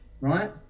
Right